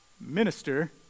Minister